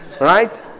right